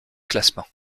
classement